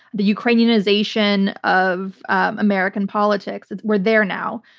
the ukrainianization of american politics. we're there now.